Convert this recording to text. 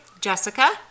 Jessica